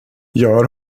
gör